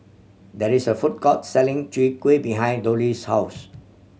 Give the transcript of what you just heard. there is a food court selling Chwee Kueh behind Dolly's house